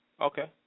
Okay